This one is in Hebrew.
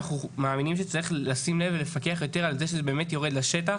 אנחנו מאמינים שצריך לשים לב ולפקח יותר על זה שזה באמת יורד לשטח,